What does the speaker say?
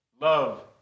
love